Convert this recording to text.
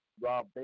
rob